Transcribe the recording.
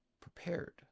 prepared